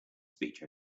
speech